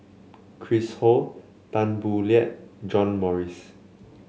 Chris Ho Tan Boo Liat John Morrice